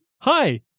hi